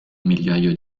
migliaio